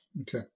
Okay